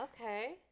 okay